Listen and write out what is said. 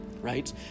Right